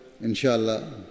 inshallah